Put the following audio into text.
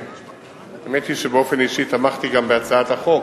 האמת היא שבאופן אישי תמכתי גם בהצעת החוק,